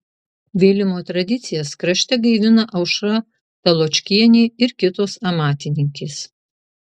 vėlimo tradicijas krašte gaivina aušra taločkienė ir kitos amatininkės